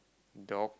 dog